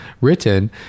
written